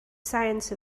science